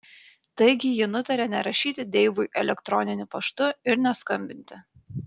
taigi ji nutarė nerašyti deivui elektroniniu paštu ir neskambinti